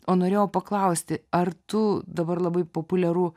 o norėjau paklausti ar tu dabar labai populiaru